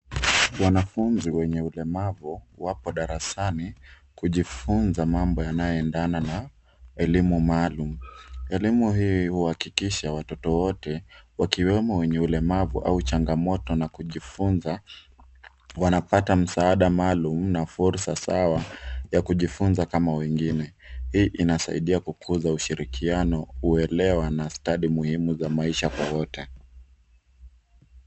Wanafunzi wenye ulemavu wapo darasani kujifunza mambo yanayoendana na elimu maalum. Elimu hii uhakikisha watoto wote wakiwemo wenye ulemavu au changamoto na kujifunza, wanapata msaada maalum na fursa sawa ya kujifunza kama wengine. Hii inasaidia kukuza ushirikiano, uelewa na studi muhimu za maisha kwa wote.